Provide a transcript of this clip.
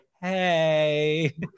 Hey